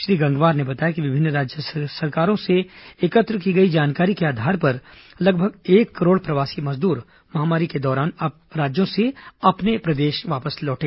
श्री गंगवार ने बताया कि विमिन्न राज्य सरकारों से एकत्र की गई जानकारी के आधार पर लगभग एक करोड़ प्रवासी मजदूर महामारी के दौरान राज्यों से अपने राज्य वापस गए